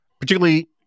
particularly